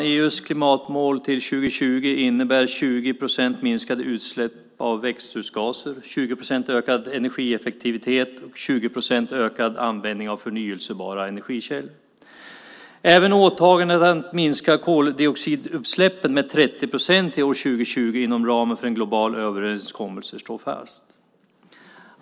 EU:s klimatmål till år 2020 innebär 20 procent minskade utsläpp av växthusgaser, 20 procent ökad energieffektivitet och 20 procent ökad användning av förnybara energikällor. Även åtagandet att minska koldioxidutsläppen med 30 procent till år 2020 inom ramen för en global överenskommelse står fast.